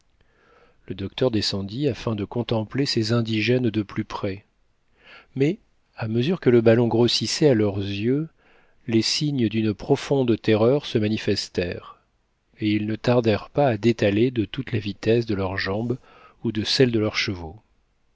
le docteur descendit afin de contempler ces indigènes de plus prés mais à mesure que le ballon grossissait à leurs yeux les signes d'une profonde terreur se manifestèrent et ils ne tardèrent pas à détaler de toute la vitesse de leurs jambes ou de celles de leurs chevaux